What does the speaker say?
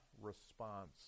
response